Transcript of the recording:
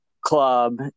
club